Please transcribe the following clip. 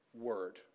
Word